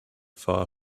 far